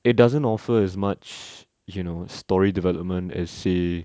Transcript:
it doesn't offer as much you know story development as say